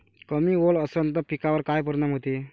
कमी ओल असनं त पिकावर काय परिनाम होते?